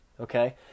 okay